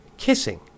kissing